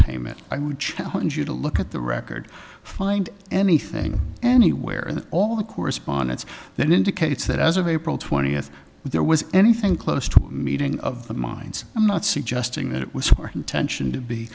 payment i would challenge you to look at the record find anything anywhere in all the correspondence that indicates that as of april twentieth there was anything close to meeting of the minds i'm not suggesting that it was our intention to be